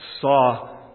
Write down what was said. saw